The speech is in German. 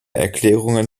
erklärungen